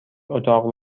اتاق